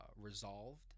resolved